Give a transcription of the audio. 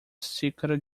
xícara